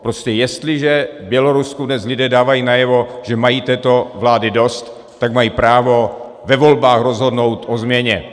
Prostě jestliže dnes v Bělorusku lidé dávají najevo, že mají této vlády dost, tak mají právo ve volbách rozhodnout o změně.